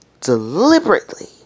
deliberately